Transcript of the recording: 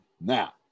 now